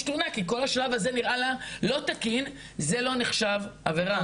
תלונה כי כל השלב הזה נראה לה לא תקין זה לא נחשב עבירה.